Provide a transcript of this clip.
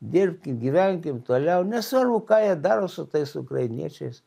dirbkim gyvenkim toliau nesvarbu ką jie daro su tais ukrainiečiais